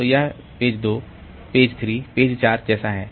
तो यह page 2 page 3 page 4 जैसा है